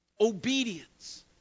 obedience